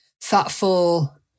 thoughtful